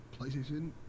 PlayStation